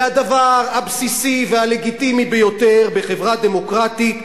זה הדבר הבסיסי והלגיטימי ביותר בחברה דמוקרטית,